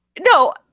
no